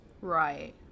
Right